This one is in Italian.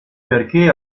perché